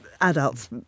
adults